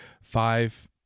five